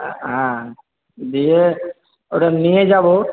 হ্যাঁ দিয়ে ওটা নিয়ে যাব